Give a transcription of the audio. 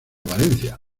valencia